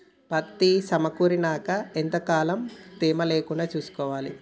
పత్తి సమకూరినాక ఎంత కాలం తేమ లేకుండా చూసుకోవాలి?